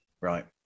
Right